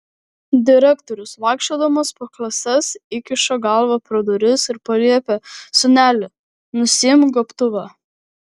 direktorius vaikščiodamas po klases įkiša galvą pro duris ir paliepia sūneli nusiimk gobtuvą